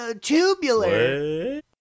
Tubular